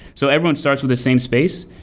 so everyone starts with the same space,